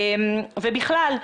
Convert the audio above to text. בכלל,